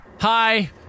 Hi